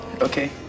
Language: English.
Okay